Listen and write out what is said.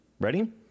Ready